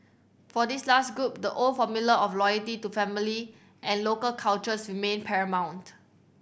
for this last group the old formula of loyalty to family and local cultures remained paramount